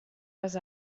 les